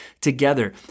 together